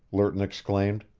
lerton exclaimed.